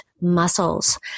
muscles